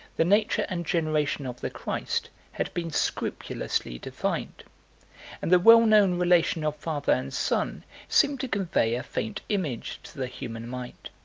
the nature and generation of the christ had been scrupulously defined and the well-known relation of father and son seemed to convey a faint image to the human mind.